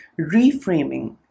Reframing